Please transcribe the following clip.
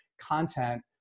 content